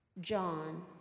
John